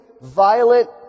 violent